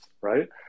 right